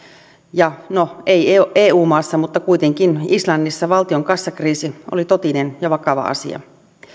ja no ei eu eu maassa mutta kuitenkin islannissa valtion kassakriisi oli totinen ja vakava asia